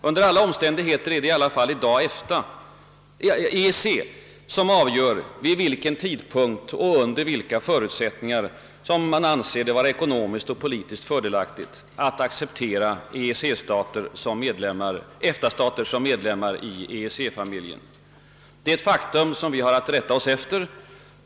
Under alla omständigheter är det emellertid i dag EEC som avgör vid vilken tidpunkt och under vilka förutsättningar som man anser det vara ekonomiskt och politiskt fördelaktigt att acceptera EFTA-stater som medlemmar i EEC-familjen. Det är ett faktum som vi har att rätta oss efter.